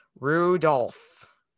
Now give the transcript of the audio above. rudolph